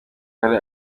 ahari